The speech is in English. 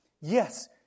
Yes